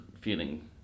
feeling